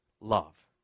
love